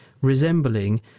resembling